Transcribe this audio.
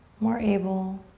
more able